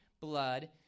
blood